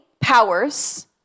Powers